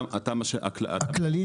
הכללית?